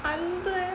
andwae